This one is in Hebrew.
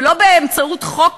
ולא באמצעות חוק